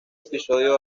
episodio